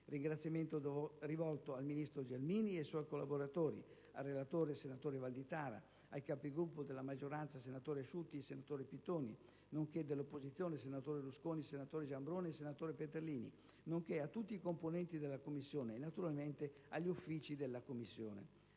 ringraziamento rivolto al ministro Gelmini e ai suoi collaboratori, al relatore, senatore Valditara, ai Capigruppo della maggioranza, senatori Asciutti e Pittoni, nonché dell'opposizione, senatori Rusconi, Giambrone e Peterlini, nonché a tutti i componenti della Commissione e, naturalmente, agli Uffici della Commissione: